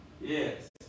Yes